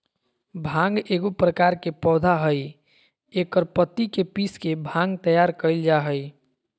भांग एगो प्रकार के पौधा हइ एकर पत्ति के पीस के भांग तैयार कइल जा हइ